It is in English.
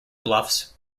bluffs